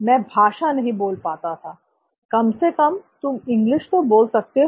मैं भाषा नहीं बोल पाता था कम से कम तुम इंग्लिश तो बोल सकते हो